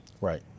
Right